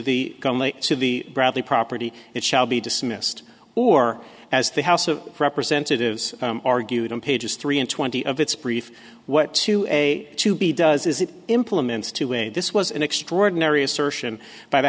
see the bradley property it shall be dismissed or as the house of representatives argued in pages three and twenty of its brief what to a to b does is it implements to a this was an extraordinary assertion by the